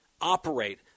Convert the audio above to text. operate